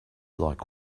like